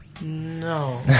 No